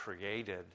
created